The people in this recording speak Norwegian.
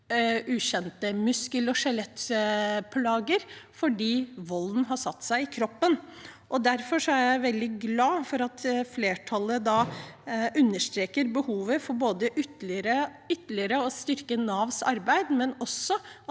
ukjente muskel- og skjelettplager, fordi volden har satt seg i kroppen. Derfor er jeg veldig glad for at flertallet understreker behovet for ikke bare ytterligere å styrke Navs arbeid, men også at